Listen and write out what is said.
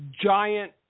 giant